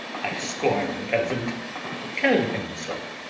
i scorn the peasant tell him so.